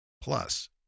Plus